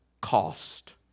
cost